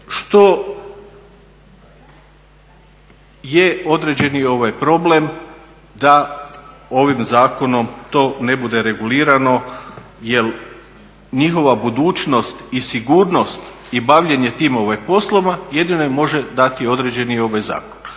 što je određeni problem da ovim zakonom to ne bude regulirano jel njihova budućnost i sigurnost i bavljenje tim poslom jedino im može dati određeni ovaj zakon